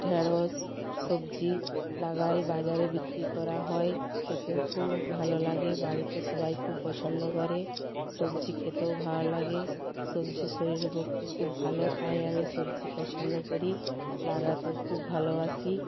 ঢেঁড়স সবজি লাগাই বাজারে বিক্রি করা হয় খেতেও খুব ভালো লাগে বাড়িতে সবাই খুব পছন্দ করে সবজি খেতেও ভালো লাগে সবজি শরীরের পক্ষে খুব ভালো তাই আমি সবজি পছন্দ করি লাগাতেও খুব ভালোবাসি